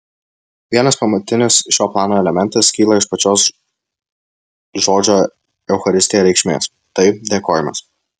vienas pamatinis šio plano elementas kyla iš pačios žodžio eucharistija reikšmės tai dėkojimas